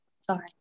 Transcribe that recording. sorry